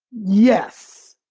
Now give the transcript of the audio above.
yes.